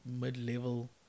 mid-level